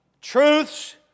truths